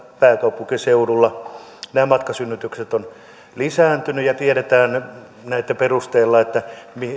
pääkaupunkiseudulla nämä matkasynnytykset ovat lisääntyneet ja tiedämme näitten perusteella että